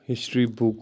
history book